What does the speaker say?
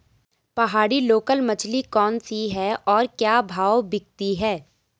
पहाड़ी लोकल मछली कौन सी है और क्या भाव बिकती है?